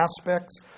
aspects